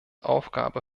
aufgabe